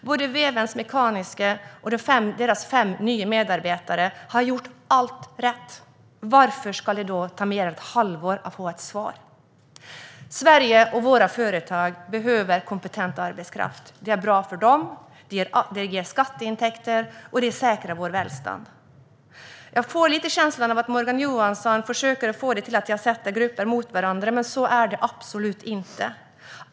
Både Vevens Mekaniska och de fem nya medarbetarna har gjort allt rätt. Varför ska det ta mer än ett halvår att få ett svar? Sverige och våra företag behöver kompetent arbetskraft. Det är bra för dem, det ger skatteintäkter och det säkrar vårt välstånd. Jag får känslan av att Morgan Johansson försöker få det till att jag ställer grupper mot varandra, men så är det absolut inte.